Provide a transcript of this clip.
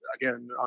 again